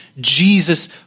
Jesus